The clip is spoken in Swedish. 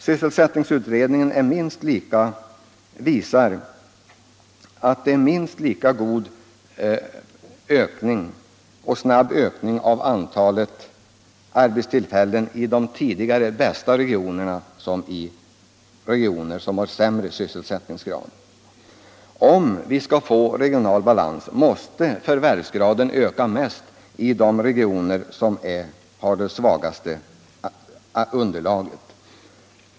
Sysselsättningsutredningen visar att det är minst lika snabb ökning av antalet arbetstillfällen i de tidigare bästa regionerna som i regioner som har lägre sysselsättningsgrad. Om vi skall få en regionalpolitisk balans måste förvärvsgraden öka mest i de regioner som har den svagaste sysselsättningen.